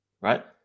right